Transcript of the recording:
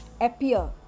appear